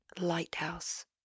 lighthouse